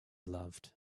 loved